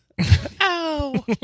Ow